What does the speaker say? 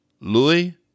Louis